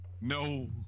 No